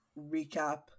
recap